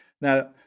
Now